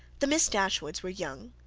the miss dashwoods were young,